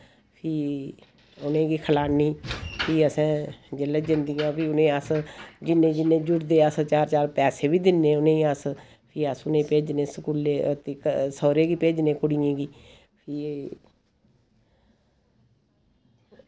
फ्ही उ'नेंगी खलान्नी फ्ही असें जिसलै जंदियां फ्ही उनें अस जिन्ने जिन्ने जुड़दे अस चार चार पैसे बी दिन्ने उनेंगी अस फ्ही अस उनेंगी भेजने सौह्रे गी भेजने कुड़ियें गी फ्ही